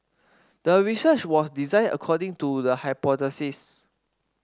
the research was designed according to the hypothesis